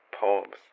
poems